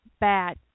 bad